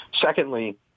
Secondly